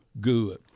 good